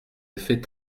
effets